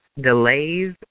Delays